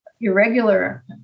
irregular